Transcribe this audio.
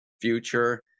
future